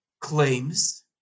claims